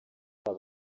hari